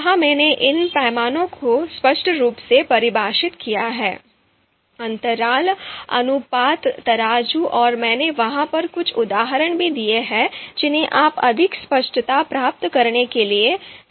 वहां मैंने इन पैमानों को स्पष्ट रूप से परिभाषित किया है अंतराल अनुपात तराजू और मैंने वहां पर कुछ उदाहरण भी दिए हैं जिन्हें आप अधिक स्पष्टता प्राप्त करने के लिए संदर्भित कर सकते हैं